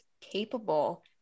capable